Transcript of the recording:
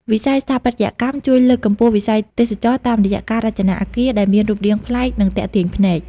វិស័យស្ថាបត្យកម្មជួយលើកកម្ពស់វិស័យទេសចរណ៍ តាមរយៈការរចនាអគារដែលមានរូបរាងប្លែក និងទាក់ទាញភ្នែក។